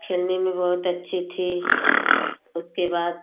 खेलने में बहुत अच्छी थी उसके बाद